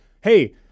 hey